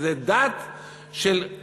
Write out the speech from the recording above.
זו דת בין-לאומית,